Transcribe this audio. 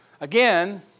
Again